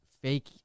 Fake